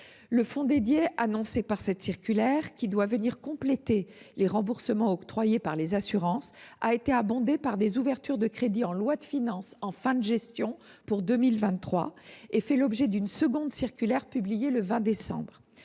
Le fonds dédié annoncé dans cette circulaire, qui doit venir compléter les remboursements octroyés par les assurances, a été abondé par des ouvertures de crédits en loi de finances de fin de gestion pour 2023 et a fait l’objet d’une seconde circulaire publiée le 20 décembre.